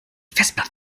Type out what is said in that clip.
festplatte